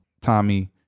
Tommy